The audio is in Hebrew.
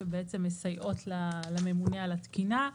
שבעצם מסייעות לממונה על התקינה.